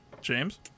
James